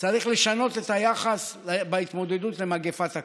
צריך לשנות את היחס בהתמודדות למגפת הקורונה.